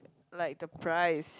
like the price